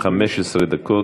15 דקות.